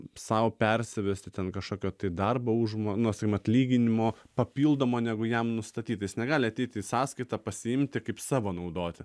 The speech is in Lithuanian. sau persivesti ten kažkokio tai darbo užmo nu sakykim atlyginimo papildomo negu jam nustatyta jis negali ateiti į sąskaitą pasiimti kaip savo naudoti